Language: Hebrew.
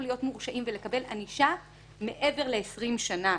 להיות מורשעים ולקבל ענישה מעבר ל-20 שנים,